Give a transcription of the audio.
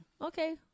okay